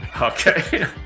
Okay